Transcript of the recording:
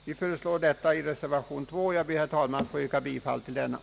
Vi föreslår detta i reservationen, till vilken jag, herr talman, ber att få yrka bifall.